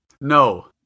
No